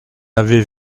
avait